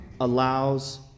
allows